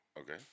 Okay